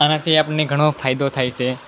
આનાથી આપણને ઘણો ફાયદો થાય છે